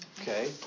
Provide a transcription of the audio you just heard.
Okay